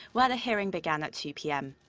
where the hearing began at two p m.